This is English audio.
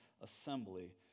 assembly